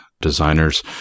designers